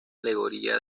alegoría